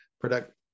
product